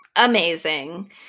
Amazing